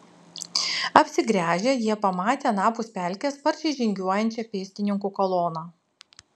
apsigręžę jie pamatė anapus pelkės sparčiai žygiuojančią pėstininkų koloną